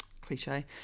Cliche